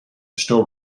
still